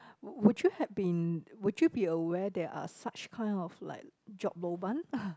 would you have been would you be aware there are such kind of like job lobang